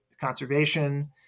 conservation